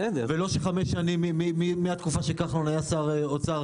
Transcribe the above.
ולא שחמש שנים מהתקופה שכחלון היה שר האוצר,